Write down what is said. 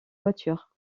voitures